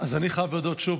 אז אני חייב להודות שוב,